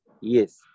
Yes